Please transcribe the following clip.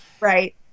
Right